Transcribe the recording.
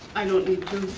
i don't need to.